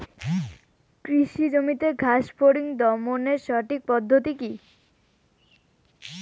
কৃষি জমিতে ঘাস ফরিঙ দমনের সঠিক পদ্ধতি কি?